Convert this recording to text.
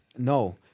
no